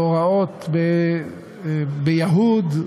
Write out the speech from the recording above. מאורעות ביהוד,